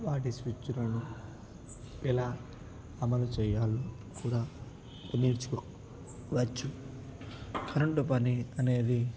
వాటి స్విచ్లను ఎలా అమలు చేయాలో కూడా నేర్చుకోవచ్చు కరెంటు పని అనేది